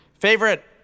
favorite